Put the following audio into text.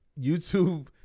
YouTube